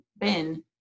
bin